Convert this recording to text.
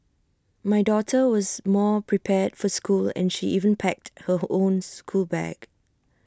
my daughter was more prepared for school and she even packed her own schoolbag